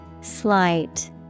Slight